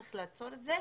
צריך לעצור את זה.